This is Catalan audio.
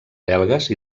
belgues